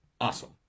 awesome